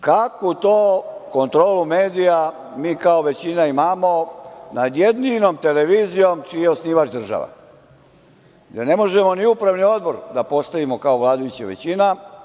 Kako to kontrolu medija mi kao većina imamo nad jedinom televizijom čiji je osnivač država, gde ne možemo ni upravni odbor da postavimo kao vladajuća većina?